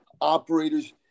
operators